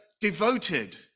devoted